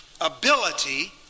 ability